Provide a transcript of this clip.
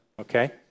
Okay